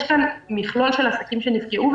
יש כאן מכלול של עסקים שנפגעו,